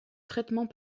traitement